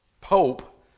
pope